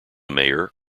mayor